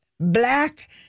black